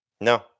No